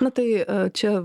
na tai čia